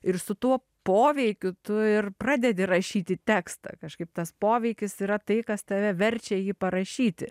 ir su tuo poveikiu tu ir pradedi rašyti tekstą kažkaip tas poveikis yra tai kas tave verčia jį parašyti